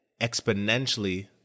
exponentially